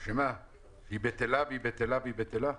שהיא בטלה והיא בטלה והיא בטלה?